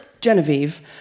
Genevieve